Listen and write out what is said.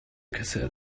cassette